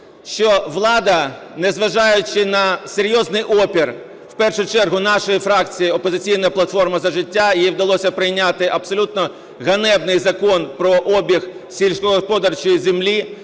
Що влада, незважаючи на серйозний опір, в першу чергу нашої фракції "Опозиційної платформи – За життя", їй вдалося прийняти абсолютно ганебний Закон про обіг сільськогосподарської землі,